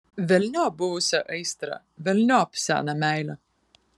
velniop buvusią aistrą velniop seną meilę